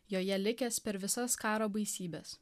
joje likęs per visas karo baisybes